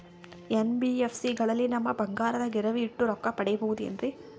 NBFC ಗಳಲ್ಲಿ ನಮ್ಮ ಬಂಗಾರನ ಗಿರಿವಿ ಇಟ್ಟು ರೊಕ್ಕ ಪಡೆಯಬಹುದೇನ್ರಿ?